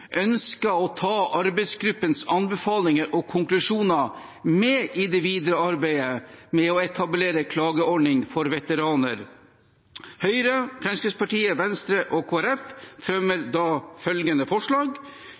ønsker å ta arbeidsgruppens anbefalinger og konklusjoner med i det videre arbeidet med å etablere en klageordning for veteraner. Høyre, Fremskrittspartiet, Venstre og Kristelig Folkeparti fremmer da følgende forslag